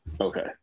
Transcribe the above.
Okay